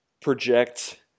project